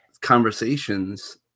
conversations